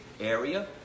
area